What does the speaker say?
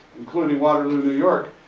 including waterloo, new york.